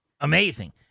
Amazing